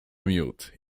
miód